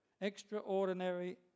Extraordinary